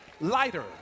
lighter